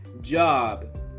job